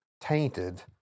tainted